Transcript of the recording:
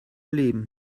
erleben